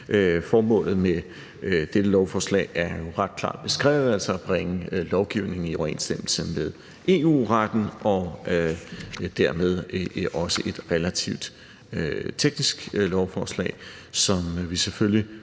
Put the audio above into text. Formålet med dette lovforslag er jo ret klart beskrevet, altså at bringe lovgivningen i overensstemmelse med EU-retten, og det er dermed også et relativt teknisk lovforslag, som vi selvfølgelig,